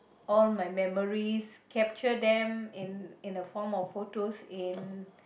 all my memories capture them in in the form of photos in